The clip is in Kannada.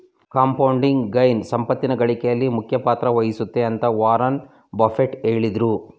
ಕಂಪೌಂಡಿಂಗ್ ಗೈನ್ ಸಂಪತ್ತಿನ ಗಳಿಕೆಯಲ್ಲಿ ಮುಖ್ಯ ಪಾತ್ರ ವಹಿಸುತ್ತೆ ಅಂತ ವಾರನ್ ಬಫೆಟ್ ಹೇಳಿದ್ರು